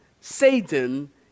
Satan